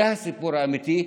זה הסיפור האמיתי.